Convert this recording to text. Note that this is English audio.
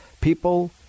people